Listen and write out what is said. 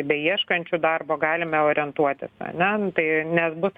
beieškančių darbo galime orientuotis ar ne nu tai nes bus